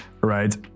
right